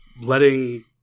letting